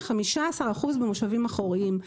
ו-15% במושבים אחוריים.